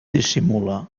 dissimula